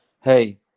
Hey